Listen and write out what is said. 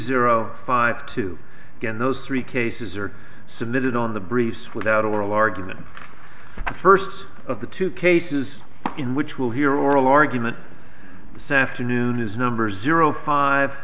zero five to get those three cases are submitted on the briefs without oral argument first of the two cases in which we'll hear oral argument the sat to noon is number zero five